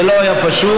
זה לא היה פשוט.